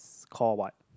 call what